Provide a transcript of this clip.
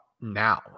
now